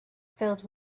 filled